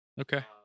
Okay